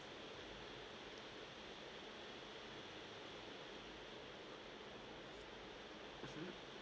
mmhmm